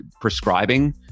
prescribing